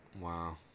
Wow